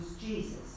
Jesus